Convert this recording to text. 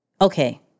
okay